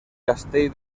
castell